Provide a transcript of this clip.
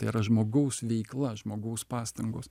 tai yra žmogaus veikla žmogaus pastangos